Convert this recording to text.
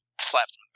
Slaps